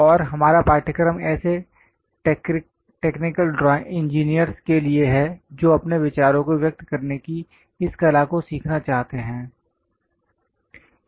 और हमारा पाठ्यक्रम ऐसे टेक्निकल इंजीनियरस् के लिए है जो अपने विचारों को व्यक्त करने की इस कला को सीखना चाहते हैं